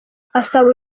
asaba